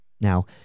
Now